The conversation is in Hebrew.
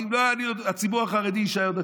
הציבור החרדי יישאר דתי,